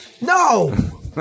No